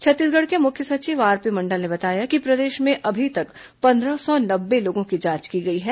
छत्तीसगढ़ के मुख्य सचिव आरपी मंडल ने बताया कि प्रदेश में अभी तक पंद्रह सौ नब्बे लोगों की जांच की गई है